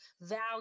value